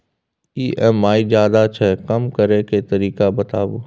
EMI ज्यादा छै कम करै के तरीका बताबू?